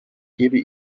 gebe